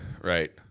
right